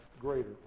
greater